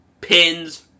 Pins